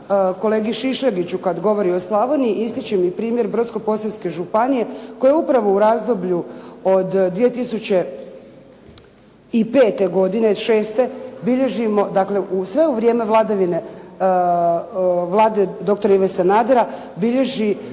kolegi Šišljagiću kada govori o Slavoniji, ističem i primjer Brodsko-posavske županije koja je upravo u razdoblju od 2005. godine/'06., bilježimo, dakle, sve u vrijeme vladavine Vlade dr. Ive Sanadera, bilježi